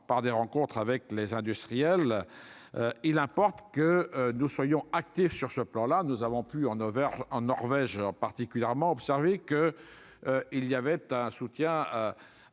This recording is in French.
par des rencontres avec les industriels, il importe que nous soyons actifs sur ce plan là, nous avons pu en Auvergne, en Norvège, particulièrement observé que, il y avait un soutien